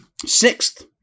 sixth